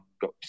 got